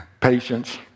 patience